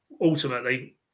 ultimately